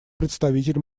представитель